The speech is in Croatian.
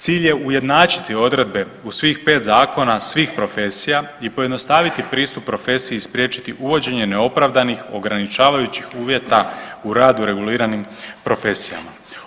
Cilj je ujednačiti odredbe u svih 5 zakona svih profesija i pojednostaviti pristup profesiji i spriječiti uvođenje neopravdanih, ograničavajućih uvjeta u radu reguliranim profesijama.